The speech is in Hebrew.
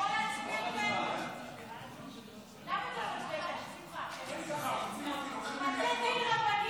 הצעת ועדת הכנסת להעביר את חוק שיפוט בתי דין דתיים (בוררות),